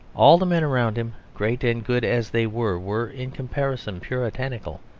all the men around him, great and good as they were, were in comparison puritanical,